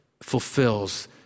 fulfills